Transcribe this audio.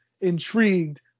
intrigued